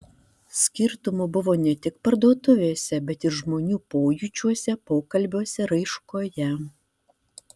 skirtumų buvo ne tik parduotuvėse bet ir žmonių pojūčiuose pokalbiuose raiškoje